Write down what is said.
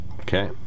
okay